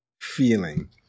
feeling